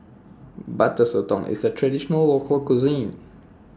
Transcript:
Butter Sotong IS A Traditional Local Cuisine